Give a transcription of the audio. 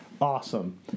awesome